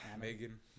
Megan